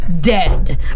dead